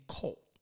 cult